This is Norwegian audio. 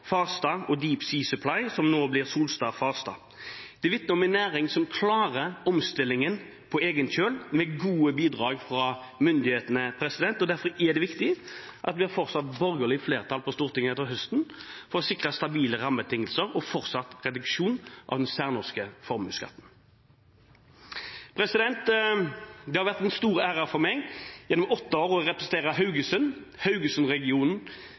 Farstad Shipping og Deep Sea Supply, som nå blir Solstad Farstad. Det vitner om en næring som klarer omstillingen på egen kjøl, med gode bidrag fra myndighetene. Derfor er det viktig at vi har fortsatt borgerlig flertall på Stortinget etter høsten, for å sikre stabile rammebetingelser og fortsatt reduksjon av den særnorske formuesskatten. Det har vært en stor ære for meg gjennom åtte år å representere Haugesund,